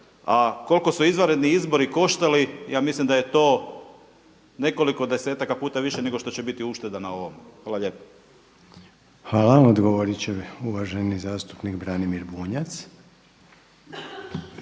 A koliko su izvanredni izbori koštali, ja mislim da je to nekoliko desetaka puta više nego što će biti ušteda na ovome. Hvala lijepo. **Reiner, Željko (HDZ)** Hvala. Odgovorit će uvaženi zastupnik Branimir Bunjac.